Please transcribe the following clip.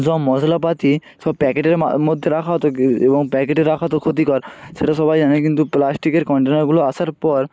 সব মশলাপাতি সব প্যাকেটের মা মধ্যে রাখা হতো এবং প্যাকেটে রাখা তো ক্ষতিকর সেটা সবাই জানে কিন্তু প্লাস্টিকের কনটেনারগুলো আসার পর